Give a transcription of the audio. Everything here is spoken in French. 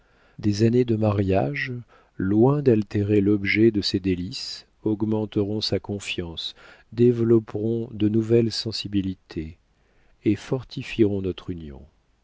des années de mariage loin d'altérer l'objet de ses délices augmenteront sa confiance développeront de nouvelles sensibilités et fortifieront notre union